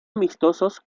amistosos